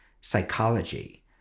psychology